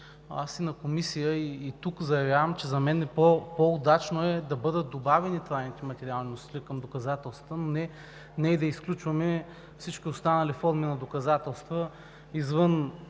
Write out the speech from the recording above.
И в Комисията, и тук заявявам, че за мен по-удачно е да бъдат добавени трайните материални носители към доказателствата, но и не да изключваме всички останали форми на доказателства, извън